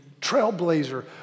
trailblazer